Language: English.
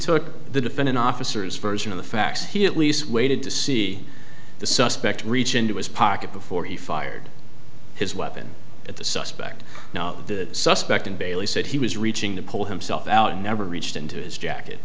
took the defendant officers version of the facts he at least waited to see the suspect reach into his pocket before he fired his weapon at the suspect the suspect in bailey said he was reaching the pull himself out never reached into his jacket